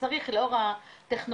צריך לאור הטכנולוגיה,